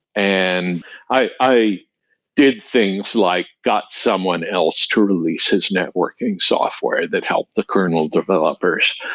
and i did things, like got someone else to release his networking software that help the kernel developers.